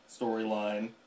storyline